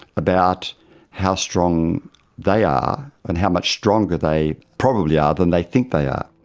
about how strong they are and how much stronger they probably are than they think they are.